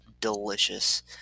delicious